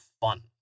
fun